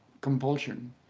compulsion